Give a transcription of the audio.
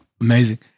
Amazing